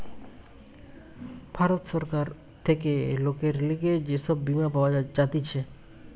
ভারত সরকার থেকে লোকের লিগে যে সব বীমা পাওয়া যাতিছে